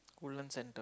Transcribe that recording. Woodlands-Centre